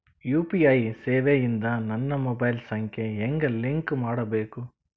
UPI ಸೇವೆ ಇಂದ ನನ್ನ ಮೊಬೈಲ್ ಸಂಖ್ಯೆ ಹೆಂಗ್ ಲಿಂಕ್ ಮಾಡಬೇಕು?